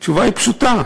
התשובה היא פשוטה: